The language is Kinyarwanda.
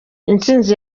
intsinzi